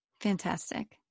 Fantastic